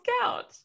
couch